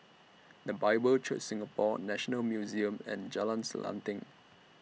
The Bible Church Singapore National Museum and Jalan Selanting